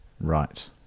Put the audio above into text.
Right